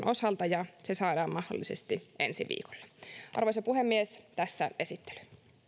osalta ja se saadaan mahdollisesti ensi viikolla arvoisa puhemies tässä esittely